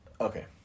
Okay